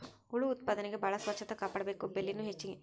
ಹುಳು ಉತ್ಪಾದನೆಗೆ ಬಾಳ ಸ್ವಚ್ಚತಾ ಕಾಪಾಡಬೇಕ, ಬೆಲಿನು ಹೆಚಗಿ